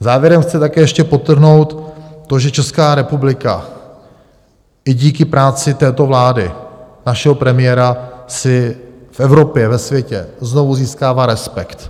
Závěrem chci také ještě podtrhnout to, že Česká republika i díky práci této vlády, našeho premiéra, si v Evropě, ve světě znovu získává respekt.